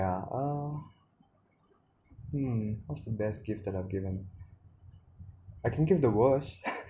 hmm what's the best gift that I have given I can give the worse